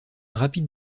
rapide